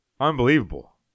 Unbelievable